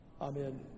Amen